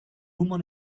woman